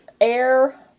air